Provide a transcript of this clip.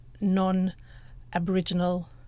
non-Aboriginal